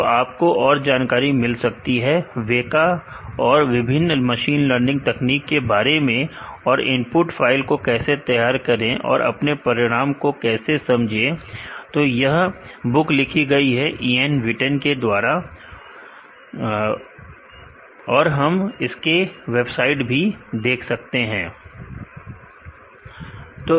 तो आपको और जानकारी मिल सकती है वेका और विभिन्न मशीन लर्निंग तकनीक के बारे में और इनपुट फाइल को कैसे तैयार करें और परिणाम को कैसे समझें तो यह बुक लिखी गई है ईएन विटन के द्वारा लिखी गई है हम वेबसाइट को भी देख सकते हैं ज्यादा जानकारी के लिए